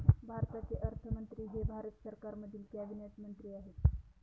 भारताचे अर्थमंत्री हे भारत सरकारमधील कॅबिनेट मंत्री आहेत